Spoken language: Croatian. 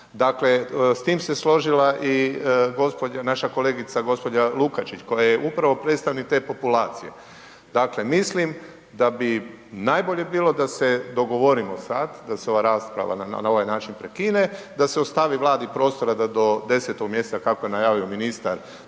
Dakle, s tim se složila i gospođa, naša kolegica gospođa Lukačić koja je upravo predstavnik te populacije. Dakle, mislim da bi najbolje bilo da se dogovorimo sad, da se ova rasprava na ovaj način prekine, da se ostavi Vladi prostora da do 10. mjeseca kako je najavio ministar